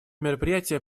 мероприятие